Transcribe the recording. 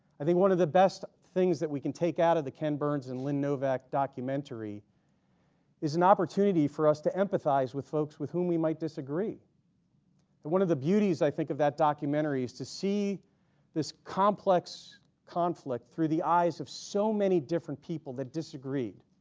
i think one of the best things that we can take out of the ken burns and lynn novick documentary is an opportunity for us to empathize with folks with whom we might disagree that one of the beauties i think of that documentary is to see this complex conflict through the eyes of so many different people that disagreed,